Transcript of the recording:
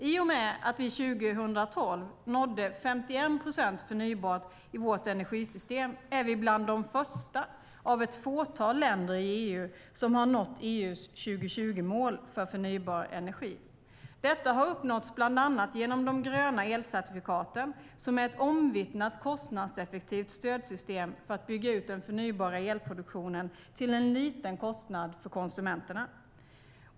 I och med att vi 2012 nådde 51 procent förnybart i vårt energisystem är vi bland de första av ett fåtal länder i EU som har nått EU:s 2020-mål för förnybar energi. Detta har uppnåtts bland annat genom de gröna elcertifikaten, som är ett omvittnat kostnadseffektivt stödsystem för att bygga ut den förnybara elproduktionen till en liten kostnad för konsumenterna.